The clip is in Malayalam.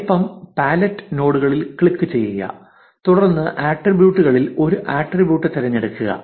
വലിപ്പം പാലറ്റ് നോഡുകളിൽ ക്ലിക്ക് ചെയ്യുക തുടർന്ന് ആട്രിബ്യൂട്ടുകളിൽ ഒരു ആട്രിബ്യൂട്ട് തിരഞ്ഞെടുക്കുക